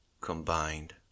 combined